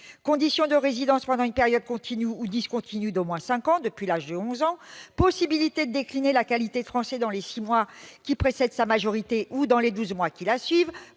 condition de résidence pendant une période continue ou discontinue d'au moins cinq ans depuis l'âge de onze ans ; possibilité de décliner la qualité de français dans les six mois qui précèdent sa majorité ou dans les douze mois qui la suivent